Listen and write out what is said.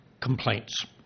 complaints